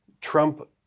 Trump